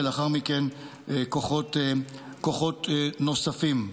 ולאחר מכן היו כוחות נוספים.